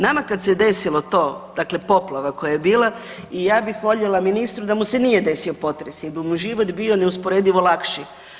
Nama kad se desilo to, dakle poplava koja je bila, i ja bih voljela ministru da mu se nije desio potres jer bi mu život bio neusporedivo lakši.